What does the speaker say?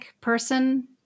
person